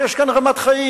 כי יש כאן רמת חיים,